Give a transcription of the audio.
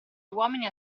uomini